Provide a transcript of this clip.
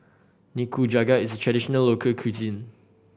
nikujaga is traditional local cuisine